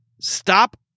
stop